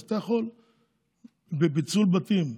אז בפיצול בתים,